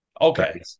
Okay